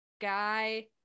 guy